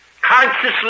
Consciously